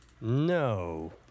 No